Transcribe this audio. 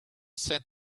said